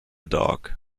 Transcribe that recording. dog